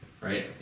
right